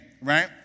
Right